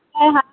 हाँ हाँ